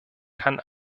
kann